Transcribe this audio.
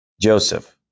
Joseph